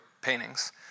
paintings